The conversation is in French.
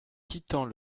quittant